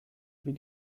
wie